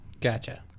Gotcha